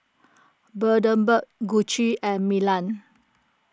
Bundaberg Gucci and Milan